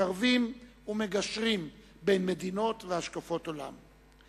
מקרבים ומגשרים בין מדינות והשקפות עולם.